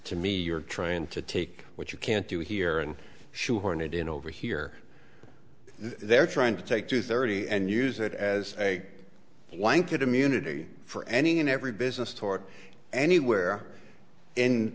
to me you're trying to take what you can't do here and shoehorn it in over here they're trying to take two thirty and use it as one could immunity for any and every business toward anywhere in